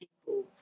people